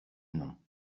non